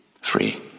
Free